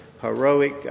heroic